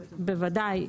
בוודאי.